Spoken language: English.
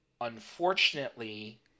unfortunately